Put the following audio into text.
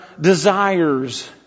desires